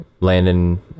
Landon